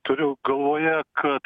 turiu galvoje kad